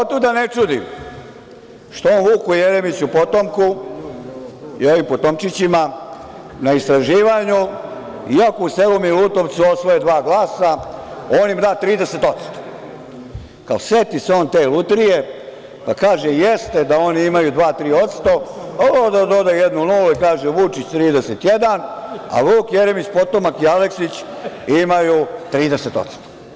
Otuda ne čudi što o Vuku Jeremiću potomku i ovim potomčićima na istraživanju, iako u selu Milutovcu osvoje dva glasa, on ima da 30%, kao seti se on te lutrije, pa kaže – jeste da oni imaju dva, tri odsto, voleo da doda jednu nulu i kaže - Vučić 31, a Vuk Jeremić potomak i Aleksić imaju 30%